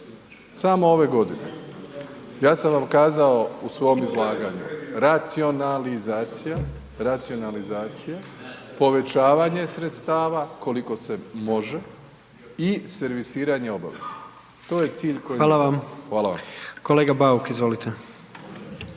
Samo ove godine. Ja sam vam kazao u svom izlaganju racionalizacija, racionalizacija, povećavanje sredstava koliko se može i servisiranje obaveza, to je cilj koji